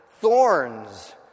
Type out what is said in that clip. Thorns